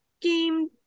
game